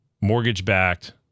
mortgage-backed